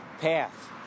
path